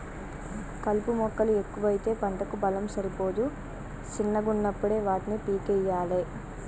కలుపు మొక్కలు ఎక్కువైతే పంటకు బలం సరిపోదు శిన్నగున్నపుడే వాటిని పీకేయ్యలే